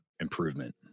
improvement